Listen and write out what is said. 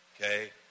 okay